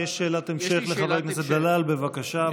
יש שאלת המשך לחבר הכנסת דלל, בבקשה.